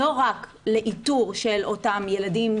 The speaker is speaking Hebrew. לא רק לאיתור של אותם ילדים,